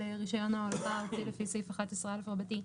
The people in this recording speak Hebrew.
רישיון ההולכה הארצי לפי סעיף (11א) רבתי,